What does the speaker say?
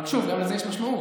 אבל שוב, גם לזה יש משמעות.